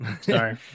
sorry